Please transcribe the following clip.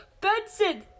Benson